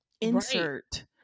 insert